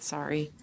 Sorry